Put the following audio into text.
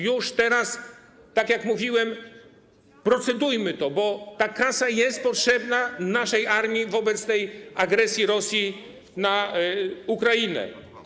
Już teraz, tak jak mówiłem, procedujmy to, bo ta kasa jest potrzebna naszej armii wobec agresji Rosji na Ukrainę.